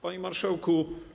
Panie Marszałku!